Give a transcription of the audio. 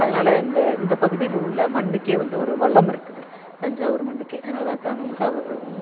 அதனால் இந்த இந்த பகுதியில் உள்ள மண்ணுக்கே வந்து ஒரு வளம் இருக்குது தஞ்சாவூர் மண்ணுக்கே அதனால தான் தஞ்சாவூர்